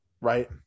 Right